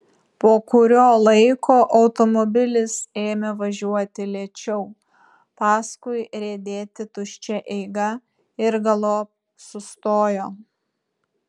po kurio laiko automobilis ėmė važiuoti lėčiau paskui riedėti tuščia eiga ir galop sustojo